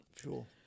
Sure